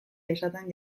esaten